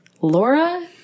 laura